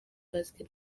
basket